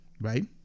right